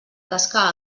tasca